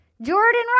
Jordan